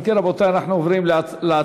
אם כן, רבותי, אנחנו עוברים להצבעה.